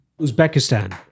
uzbekistan